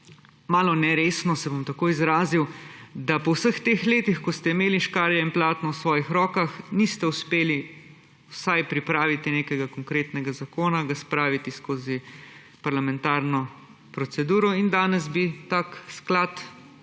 malo neresno, se bom tako izrazil, da po vseh letih, ko ste imeli škarje in platno v svojih rokah, niste uspeli vsaj pripraviti nekega konkretnega zakona, ga spraviti skozi parlamentarno proceduro in danes bi tak sklad že